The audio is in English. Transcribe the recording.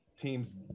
teams